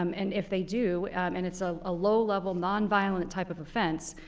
um and if they do and it's a ah low level, nonviolent type of offense,